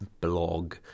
blog